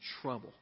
trouble